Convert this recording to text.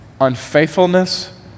unfaithfulness